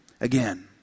again